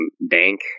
bank